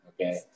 Okay